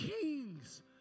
kings